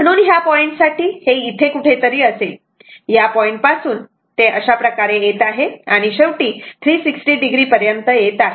म्हणून या पॉईंट साठी हे इथे कुठेतरी असेल या पॉईंटपासून अशाप्रकारे ते येत आहे आणि शेवटी 360o पर्यंत येत आहे